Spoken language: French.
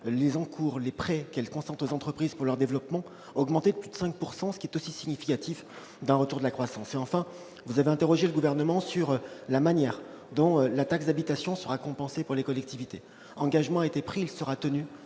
les encours et les prêts qu'elles ont consentis aux entreprises pour leur développement ont augmenté de plus de 5 %, ce qui est aussi le signe d'un retour de la croissance. Enfin, vous avez interrogé le Gouvernement sur la façon dont la taxe d'habitation sera compensée pour les collectivités. Engagement a été pris, et il sera tenu,